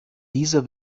dieser